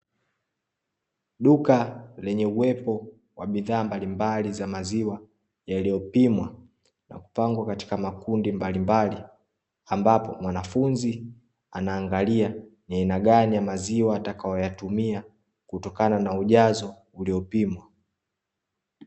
Duka lenye uwepo wa bidhaa mbalimbali za maziwa, yaliyopimwa na kupangwa katika makundi mbalimbali, ambapo mwanafunzi anaangalia ni aina gani ya maziwa atakayoyatumia kutokana na ujazo uliyopimwa.